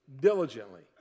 Diligently